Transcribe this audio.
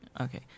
Okay